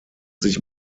sich